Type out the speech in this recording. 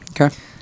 Okay